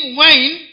wine